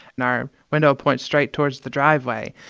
and our window points straight towards the driveway.